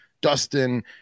Dustin